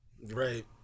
right